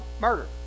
murder